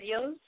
videos